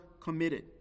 committed